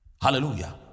Hallelujah